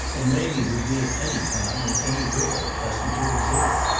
and mamie would be at any time and anywhere pleasant to exhibit.